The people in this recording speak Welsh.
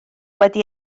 wedi